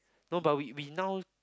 no but we we now